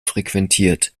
frequentiert